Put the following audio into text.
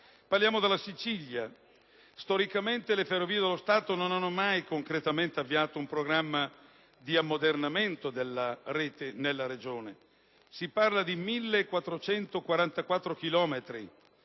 Parliamo della Sicilia: storicamente le Ferrovie dello Stato non hanno mai concretamente avviato un programma di ammodernamento della rete nella Regione; si parla di 1.444 chilometri